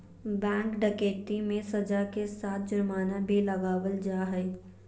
bank डकैती मे सज़ा के साथ जुर्माना भी लगावल जा हय